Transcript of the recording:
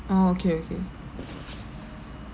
oh okay okay